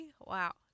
wow